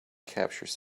capturing